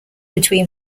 between